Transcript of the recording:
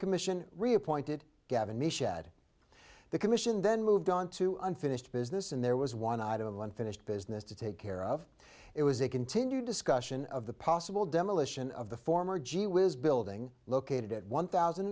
commission reappointed gavin may shed the commission then moved on to unfinished business and there was one item of unfinished business to take care of it was a continued discussion of the possible demolition of the former gee whiz building located at one thousand